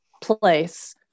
place